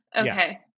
okay